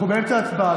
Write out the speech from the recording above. אנחנו באמצע ההצבעה.